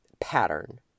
pattern